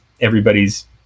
everybody's